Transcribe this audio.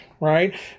right